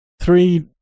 three